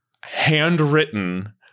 handwritten